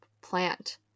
plant